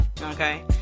Okay